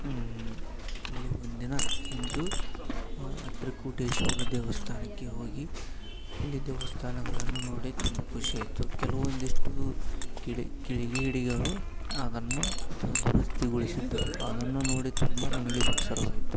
ಅಲ್ಲಿ ಒಂದಿನ ಇದ್ದು ತ್ರಿಕುಟೇಶ್ವರ ದೇವಸ್ಥಾನಕ್ಕೆ ಹೋಗಿ ಅಲ್ಲಿ ದೇವಸ್ಥಾನಗಳನ್ನು ನೋಡಿ ತುಂಬ ಖುಷಿ ಆಯಿತು ಕೆಲವೊಂದಿಷ್ಟು ಕಿಡಿ ಕಿಡಿಗೇಡಿಗಳು ಅದನ್ನು ದುರಸ್ಥಿತಿಗೊಳಿಸಿದ್ದರು ಅದನ್ನು ನೋಡಿ ತುಂಬ ನನಗೆ ಬೇಸರವಾಯಿತು